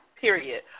Period